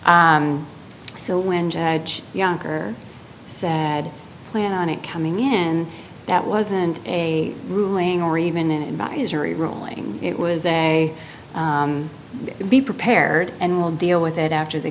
so when judge younger plan on it coming in that wasn't a ruling or even an advisory rolling it was a would be prepared and will deal with it after the